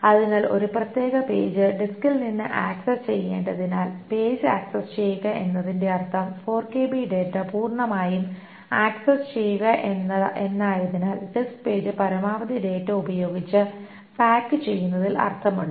അതിനാൽ ഒരു പ്രത്യേക പേജ് ഡിസ്കിൽ നിന്ന് ആക്സസ് ചെയ്യേണ്ടതിനാൽ പേജ് ആക്സസ് ചെയ്യുക എന്നതിന്റെ അർഥം 4KB ഡാറ്റ പൂർണമായും ആക്സസ് ചെയ്യുക എന്നായതിനാൽ ഡിസ്ക് പേജ് പരമാവധി ഡാറ്റ ഉപയോഗിച്ച് പായ്ക്ക് ചെയ്യുന്നതിൽ അർത്ഥമുണ്ട്